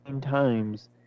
times